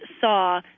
saw